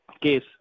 case